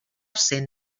cent